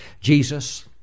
Jesus